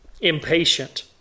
impatient